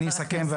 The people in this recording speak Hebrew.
אני רק מסכם.